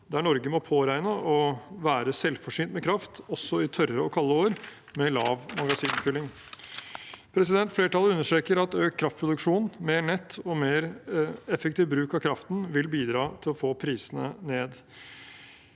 Norge må påregne å være selvforsynt med kraft også i tørre og kalde år med lav magasinfylling. Flertallet understreker at økt kraftproduksjon, mer nett og mer effektiv bruk av kraften vil bidra til å få prisene ned.